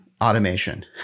automation